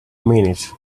minute